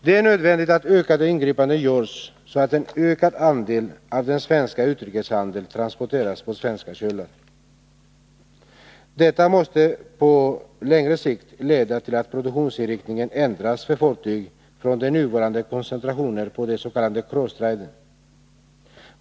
Det är nödvändigt att ökade ingripanden görs, så att en ökad andel av den svenska utrikeshandeln transporteras på svenska kölar. Detta måste på längre sikt leda till att produktionsinriktningen ändras för fartyg från den nuvarande koncentrationen på ss.k. cross-trading.